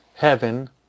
heaven